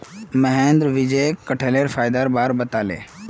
महेंद्र विजयक कठहलेर फायदार बार बताले